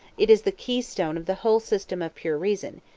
it is the keystone of the whole system of pure reason,